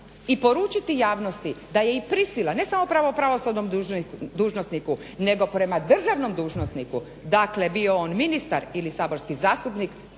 i poručiti javnosti da je i prisila, ne samo pravosudnom dužnosniku, nego prema državnom dužnosniku, dakle bio on ministar ili saborski zastupnik